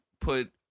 put